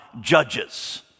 judges